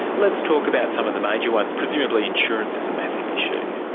let's talk about some of the major ones. presumably insurance is a massive issue.